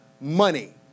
money